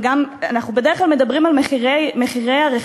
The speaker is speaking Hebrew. אנחנו בדרך כלל מדברים על מחירי הרכישה,